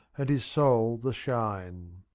and his soul the shine.